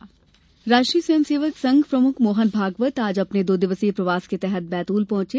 मोहन भागवत राष्ट्रीय स्वयंसेवक संघ प्रमुख मोहन भागवत आज अपने दो दिवसीय प्रवास पर बैतूल पहुंचे